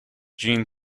gene